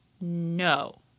No